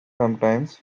sometimes